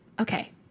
Okay